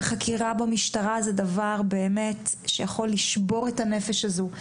וחקירה במשטרה זה דבר שבאמת יכול לשבור את הנפש הזו,